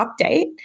update